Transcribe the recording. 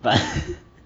but